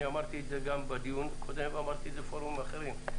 אני אמרתי את זה גם בדיון הקודם ואמרתי את זה בפורומים אחרים,